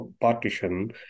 partition